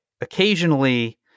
occasionally